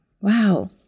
wow